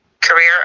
career